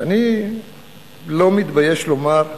שאני לא מתבייש לומר: